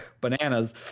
bananas